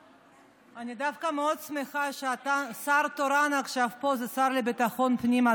דווקא מאוד שמחה שהשר התורן עכשיו הוא השר לביטחון הפנים,